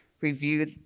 review